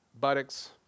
buttocks